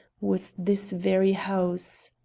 was this very house.